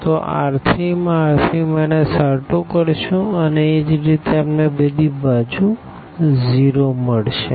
તો R3R3 R2કરશું અને એ રીતે આપણે બધી બાજુ 0 મળશે